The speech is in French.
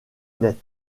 net